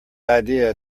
idea